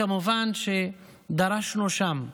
כמובן שדרשנו שם,